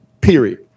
period